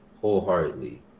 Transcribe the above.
wholeheartedly